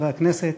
חברי הכנסת,